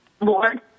Lord